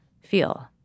feel